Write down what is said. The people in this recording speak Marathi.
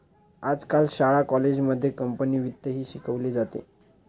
आजकाल शाळा कॉलेजांमध्ये कंपनी वित्तही शिकवले जाते